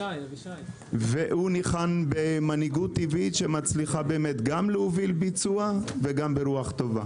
דוד ניחן במנהיגות טבעית שמצליחה גם להוביל ביצוע וגם ברוח טובה.